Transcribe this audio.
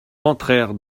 entrèrent